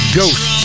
Ghost